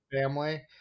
family